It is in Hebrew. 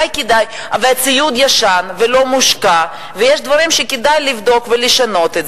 שהציוד ישן ולא מושקע ויש דברים שכדאי לבדוק ולשנות.